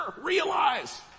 realize